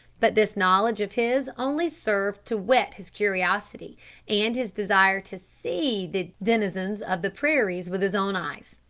but this knowledge of his only served to whet his curiosity and his desire to see the denizens of the prairies with his own eyes,